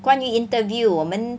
关于 interview 我们